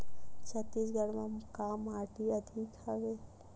छत्तीसगढ़ म का माटी अधिक हवे?